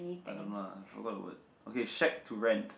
I don't know lah I forgot the word okay shag to rent